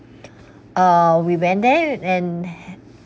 uh we went there and